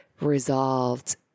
resolved